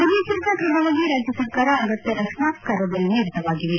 ಮುನ್ನೆಚ್ಲರಿಕಾ ಕ್ರಮವಾಗಿ ರಾಜ್ಯ ಸರ್ಕಾರ ಅಗತ್ತ ರಕ್ಷಣಾ ಕಾರ್ಯದಲ್ಲಿ ನಿರತವಾಗಿವೆ